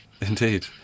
Indeed